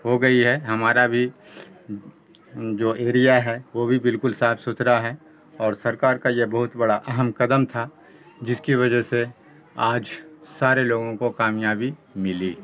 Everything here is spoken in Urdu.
ہو گئی ہے ہمارا بھی جو ایریا ہے وہ بھی بالکل صاف ستھرا ہے اور سرکار کا یہ بہت بڑا اہم کدم تھا جس کی وجہ سے آج سارے لوگوں کو کامیابی ملی